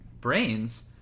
Brains